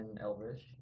Elvish